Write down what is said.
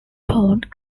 taut